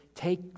Take